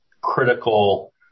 critical